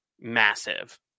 massive